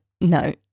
no